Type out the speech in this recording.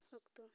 ᱚᱠᱛᱚ